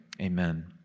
Amen